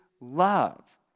love